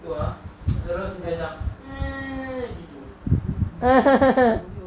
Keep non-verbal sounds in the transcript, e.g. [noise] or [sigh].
apa ah terus dia macam [noise]